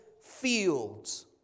fields